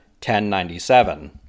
1097